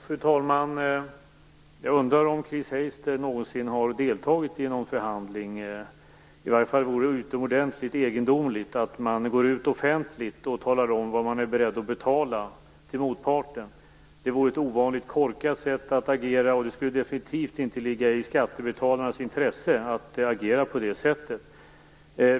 Fru talman! Jag undrar om Chris Heister någonsin har deltagit i någon förhandling. Det vore utomordentligt egendomligt att gå ut offentligt och tala om vad man är beredd att betala till motparten. Det vore ett ovanligt korkat sätt att agera, och det skulle definitivt inte ligga i skattebetalarnas intresse att agera på det sättet.